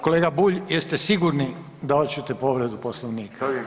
Kolega Bulj, jeste sigurni da oćete povredu Poslovnika?